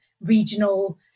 regional